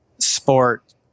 sport